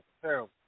terrible